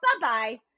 bye-bye